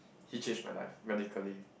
he changed my life radically